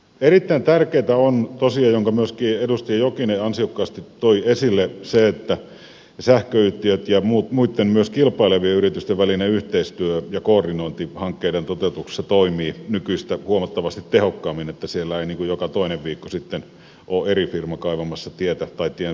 erittäin tärkeätä on tosiaan minkä myöskin edustaja jokinen ansiokkaasti toi esille se että sähköyhtiöiden ja muitten myös kilpailevien yritysten välinen yhteistyö ja koordinointi hankkeiden toteutuksessa toimii nykyistä huomattavasti tehokkaammin niin että siellä ei joka toinen viikko sitten ole eri firma kaivamassa tietä tai tienviertä auki